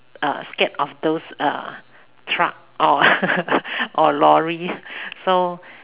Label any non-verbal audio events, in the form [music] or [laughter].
uh scared of those uh truck or [laughs] or lorry so